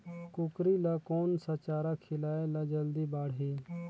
कूकरी ल कोन सा चारा खिलाय ल जल्दी बाड़ही?